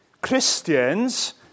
Christians